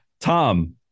Tom